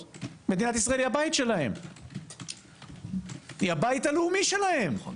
מדינת ישראל היא הבית שלהם, היא הבית הלאומי שלהם.